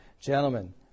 Gentlemen